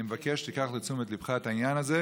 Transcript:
אני מבקש שתיקח לתשומת לבך את העניין הזה,